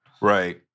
Right